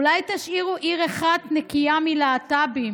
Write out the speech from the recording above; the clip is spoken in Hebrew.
אולי תשאירו עיר אחת נקייה מלהט"בים?